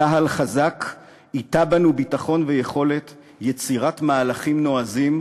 צה"ל חזק ייטע בנו ביטחון ויכולת יצירת מהלכים נועזים,